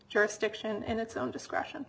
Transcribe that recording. jurisdiction and its own discretion